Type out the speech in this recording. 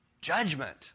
Judgment